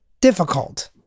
difficult